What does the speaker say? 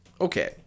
Okay